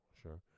sure